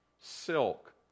silk